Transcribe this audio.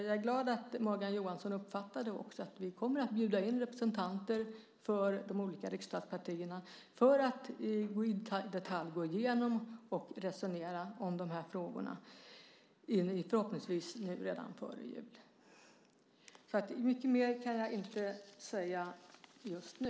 Jag är glad att Morgan Johansson också uppfattade att vi kommer att bjuda in representanter för de olika riksdagspartierna för att i detalj gå igenom och resonera om de här frågorna, förhoppningsvis redan före jul. Mycket mer kan jag inte säga just nu.